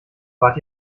wart